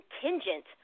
contingent